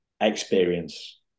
experience